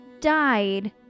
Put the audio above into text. died